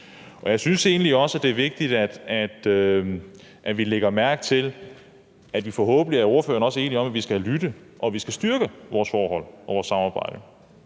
Og jeg synes egentlig også, at det er vigtigt, at vi lægger mærke til det, og forhåbentlig er ordføreren også enig i, at vi skal lytte, og at vi skal styrke vores forhold og vores samarbejde.